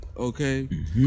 Okay